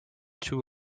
two